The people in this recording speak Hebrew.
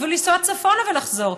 ואפילו לנסוע צפונה ולחזור.